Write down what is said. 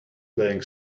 playing